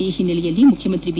ಈ ಹಿನ್ನೆಲೆಯಲ್ಲಿ ಮುಖ್ಯಮಂತ್ರಿ ಬಿ